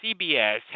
CBS